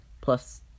plus